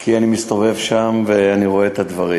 כי אני מסתובב שם ואני רואה את הדברים.